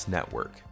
Network